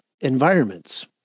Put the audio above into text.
environments